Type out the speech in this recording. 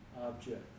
object